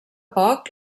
poc